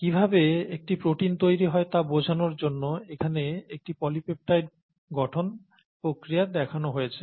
কিভাবে একটি প্রোটিন তৈরি হয় তা বোঝানোর জন্য এখানে একটি পলিপেপটাইডের গঠন প্রক্রিয়া দেখানো হয়েছে